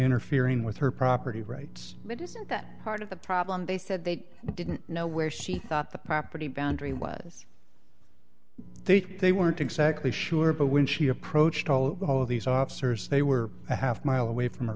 interfering with her property rights that part of the problem they said they didn't know where she thought the property boundary was they weren't exactly sure but when she approached all of these officers they were a half mile away from